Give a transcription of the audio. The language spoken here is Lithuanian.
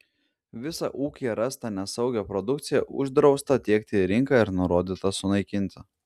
visą ūkyje rastą nesaugią produkciją uždrausta tiekti į rinką ir nurodyta sunaikinti